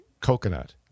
coconut